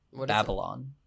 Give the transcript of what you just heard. Babylon